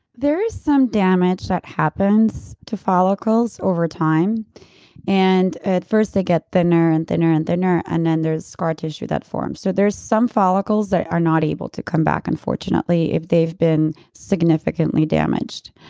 there is some damage that happens to follicles over time and at first, they get thinner and thinner and thinner and then there's scar tissue that forms. so there's some follicles that are not able to come back unfortunately, if they've been significantly damaged.